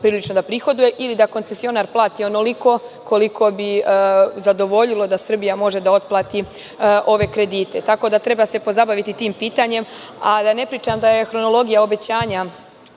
prilično da prihoduje ili da koncesionar plati onoliko koliko bi zadovoljilo da Srbija može da otplati ove kredite. Tako da se treba pozabaviti ovim pitanjem, a da ne pričam da je hronologija obećanja